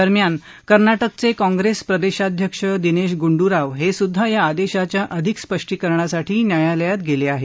दरम्यान कर्नाटकचे काँग्रेस प्रदेशाध्यक्ष दिनेश गुंडूराव हे सुद्धा या आदेशाच्या अधिक स्पष्टीकरणासाठी न्यायालयात गेले आहेत